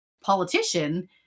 politician